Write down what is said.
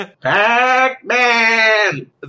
Pac-Man